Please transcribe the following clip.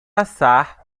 assar